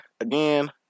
Again